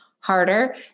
harder